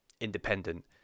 independent